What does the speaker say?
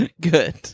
Good